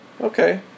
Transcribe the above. Okay